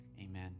Amen